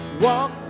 Walk